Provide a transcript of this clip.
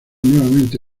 nuevamente